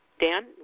Dan